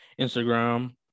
Instagram